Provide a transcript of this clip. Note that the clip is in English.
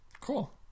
Cool